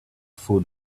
food